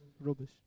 rubbish